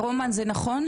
רומן, זה נכון?